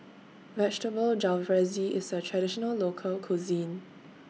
Vegetable Jalfrezi IS A Traditional Local Cuisine